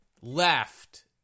left